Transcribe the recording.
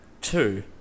Two